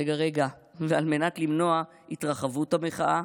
רגע, רגע, ועל מנת למנוע את התרחבות המחאה,